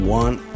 one